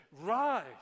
Rise